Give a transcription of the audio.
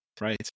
Right